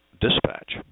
dispatch